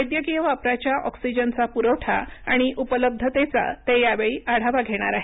वैद्यकीय वापराच्या ऑक्सिजनचा पुरवठा आणि उपलब्धतेचा ते यावेळी आढावा घेणार आहेत